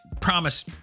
promise